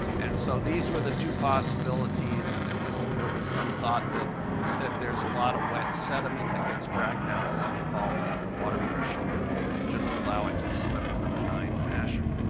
and so these were the two possibilities, and there was there was some thought that that there's a lot of wet sediment that gets dragged down along the fault and that the water pressure would just allow it to slip in a benign fashion.